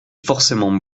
forcément